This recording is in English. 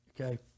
Okay